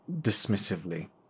dismissively